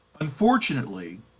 Unfortunately